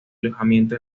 alojamiento